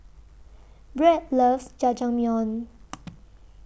Bret loves Jajangmyeon